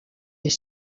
est